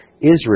Israel